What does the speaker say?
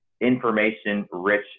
information-rich